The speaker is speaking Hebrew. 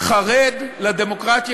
חרד לדמוקרטיה